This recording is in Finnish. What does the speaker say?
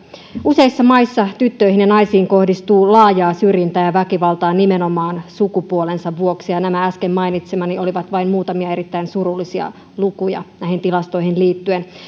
useissa maissa tyttöihin ja naisiin kohdistuu laajaa syrjintää ja väkivaltaa nimenomaan sukupuolensa vuoksi ja nämä äsken mainitsemani olivat vain muutamia erittäin surullisia lukuja näihin tilastoihin liittyen